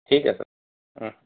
ঠিক আছে ও